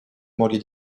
moglie